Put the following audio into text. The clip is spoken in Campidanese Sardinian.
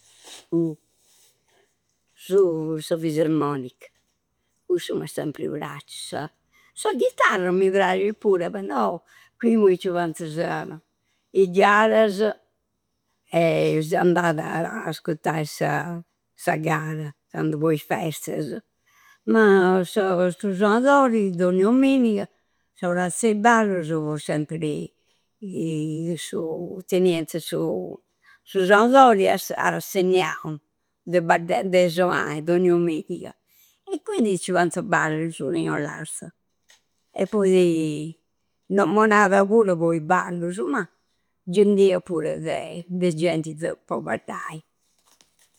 Su. Sa fisarmonica. Cussu m'è sempri praccia. Sa chittarra mi prasci pura, però primu chi ci fuantasa i diarasa e seu andada a ascuttai sa gara, candu po i festasa. Ma sa. Su soiadori dogna omminga sa prazza e i ballussu sempri su tenienta su soadori esti rasseganau de badda. De sonai dogna omminiga. E quindi ci fuanta ballusu i Ollasta. E poi no monada pura po i ballusu, mah! Già di eu pura de genti po baddai.